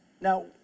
Now